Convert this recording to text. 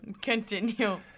Continue